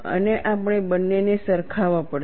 અને આપણે બંનેને સરખાવવા પડશે